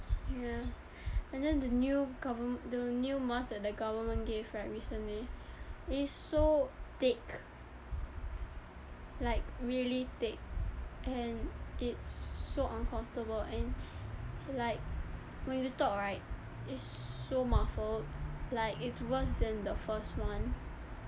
ya and then the new gover~ the new mask that the government gave right recently is so thick like really thick and it's so uncomfortable and like when you talk right it's so muffled like it's worse than the first one